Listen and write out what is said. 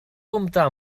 comptar